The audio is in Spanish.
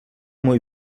muy